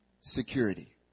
Security